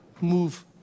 move